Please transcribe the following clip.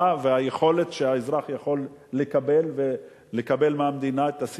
ולמחירים שהאזרח יכול לקבל מהמדינה בפרט,